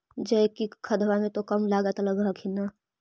जैकिक खदबा मे तो कम लागत लग हखिन न?